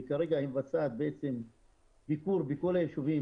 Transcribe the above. והיא כרגע מבצעת בעצם ביקור בכל היישובים